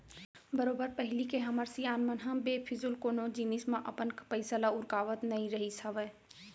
बरोबर पहिली के हमर सियान मन ह बेफिजूल कोनो जिनिस मन म अपन पइसा ल उरकावत नइ रहिस हावय